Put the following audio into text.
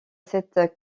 cette